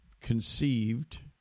conceived